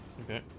Okay